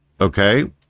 Okay